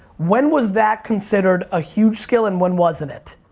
when was that considered a huge skill and when wasn't it.